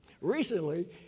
Recently